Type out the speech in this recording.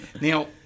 Now